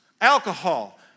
alcohol